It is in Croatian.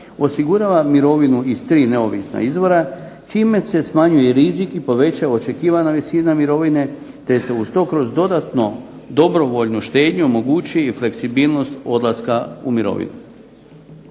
osigurava mirovinu iz tri neovisna izvora čime se smanjuje rizik i povećava očekivana visina mirovine, te se uz to kroz dodatnu dobrovoljnu štednju omogućuje i fleksibilnost odlaska u mirovinu.